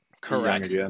correct